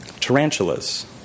Tarantulas